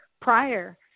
prior